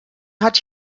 hat